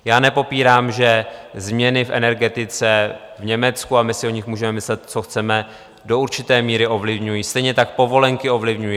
Já nepopírám, že změny v energetice v Německu, a my si o nich můžeme myslet, co chceme, do určité míry ovlivňují, stejně tak povolenky ovlivňují.